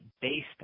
based